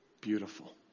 beautiful